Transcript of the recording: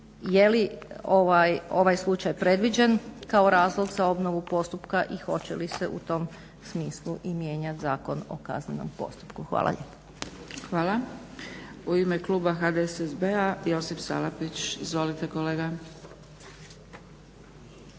je li ovaj slučaj predviđen kao razlog za obnovu postupka i hoće li se u tom smislu i mijenjati Zakon o kaznenom postupku. Hvala lijepo. **Zgrebec, Dragica (SDP)** Hvala. U ime kluba HDSSB-a Josip Salapić. Izvolite kolega.